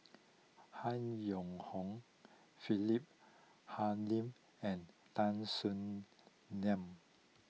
Han Yong Hong Philip Hoalim and Tan Soo Nan